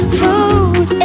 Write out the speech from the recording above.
food